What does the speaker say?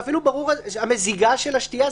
ואפילו ברורה המזיגה של השתייה,